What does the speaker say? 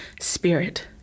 Spirit